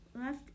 Left